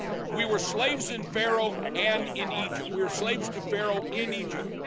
we were slaves in pharaoh and in egypt, we were slaves to pharaoh in egypt.